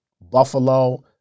Buffalo